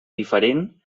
diferent